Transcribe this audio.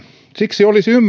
siksi olisi